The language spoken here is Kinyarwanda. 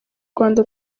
rwanda